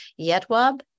Yetwab